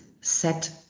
set